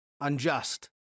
Unjust